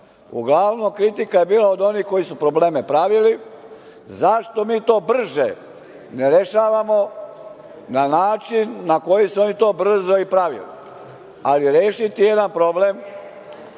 Uglavnom kritika je bilo od onih koji su probleme pravili, zašto mi to brže ne rešavamo na način na koji su oni to brzo i pravili, ali rešiti jedan problem,